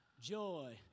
joy